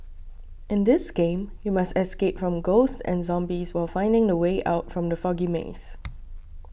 in this game you must escape from ghosts and zombies while finding the way out from the foggy maze